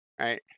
Right